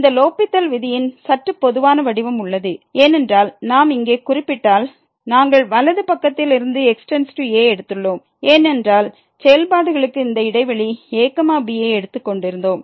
இந்த லோப்பித்தல் விதியின் சற்று பொதுவான வடிவம் உள்ளது ஏனென்றால் நாம் இங்கே குறிப்பிட்டால் நாங்கள் வலது பக்கத்தில் இருந்து x→a எடுத்துள்ளோம் ஏனென்றால் செயல்பாடுகளுக்கு இந்த இடைவெளி abயை எடுத்துக்கொண்டிருந்தோம்